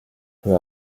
peu